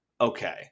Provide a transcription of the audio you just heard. okay